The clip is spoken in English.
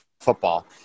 football